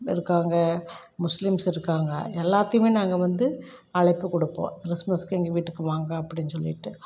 இருக்காங்க முஸ்லிம்ஸ் இருக்காங்க எல்லாத்தையுமே நாங்கள் வந்து அழைப்பு கொடுப்போம் கிறிஸ்மஸ்க்கு எங்கள் வீட்டுக்கு வாங்க அப்படின்னு சொல்லிவிட்டு